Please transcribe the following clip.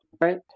right